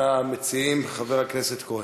ראשון המציעים, חבר הכנסת כהן.